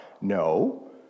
No